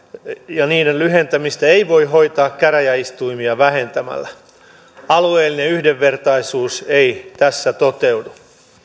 ja niiden lyhentämistä ei voi hoitaa käräjäistuimia vähentämällä alueellinen yhdenvertaisuus ei tässä toteudu